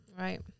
right